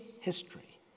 history